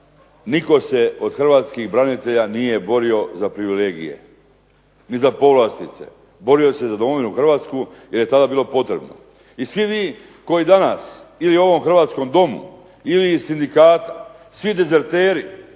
nitko se od hrvatskih branitelja nije borio za privilegije ni za povlastice. Borio se za domovinu Hrvatsku jer je tada bilo potrebno. I svi vi koji danas ili u ovom hrvatskom domu ili iz sindikata, svi dezerteri